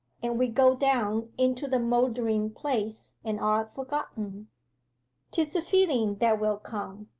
and we go down into the mouldering-place, and are forgotten tis a feeling that will come.